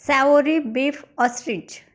savoury beef ostrich